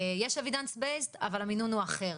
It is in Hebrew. יש evidence based אבל המינון הוא אחר.